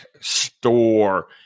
store